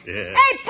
Hey